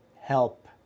help